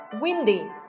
Windy